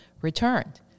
returned